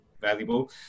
valuable